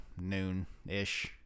noon-ish